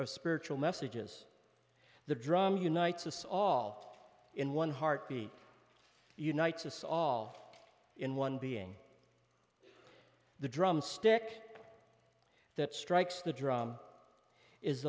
or spiritual messages the drum unites us all in one heartbeat unites us all in one being the drumstick that strikes the drum is